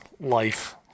life